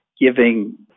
giving